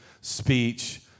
speech